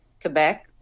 quebec